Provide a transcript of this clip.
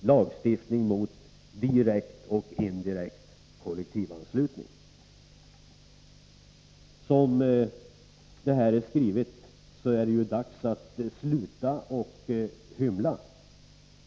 lagstiftning mot direkt och indirekt kollektivanslutning. Som reservationen är skriven, är det ju dags att sluta upp med att hymla.